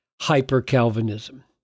hyper-Calvinism